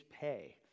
pay